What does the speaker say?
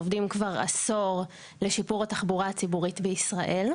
עובדים כבר עשור לשיפור התחבורה הציבורית בישראל.